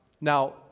Now